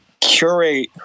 curate